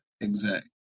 exact